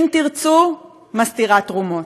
אם תרצו, מסתירה תרומות.